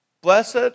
blessed